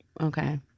Okay